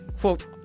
quote